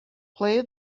play